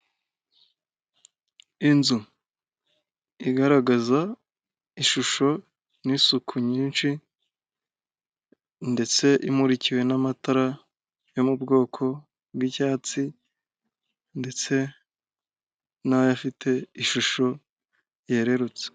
Inzu igaragaza ishusho n'isuku nyinshi ndetse imurikiwe n'amatara yo mu bwoko bw'icyatsi ndetse n'ayafite ishusho yererutse.